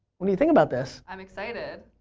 what you think about this? i'm excited.